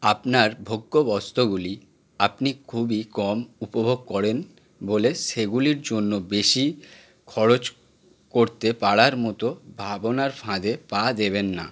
আপনার ভোগ্যবস্তগুলি আপনি খুবই কম উপভোগ করেন বলে সেগুলির জন্য বেশি খরচ করতে পারার মতো ভাবনার ফাঁদে পা দেবেন না